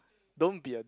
don't be a